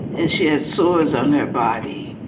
and she had sores on her body.